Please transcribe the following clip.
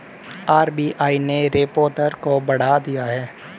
RBI ने repo दर को बढ़ा दिया है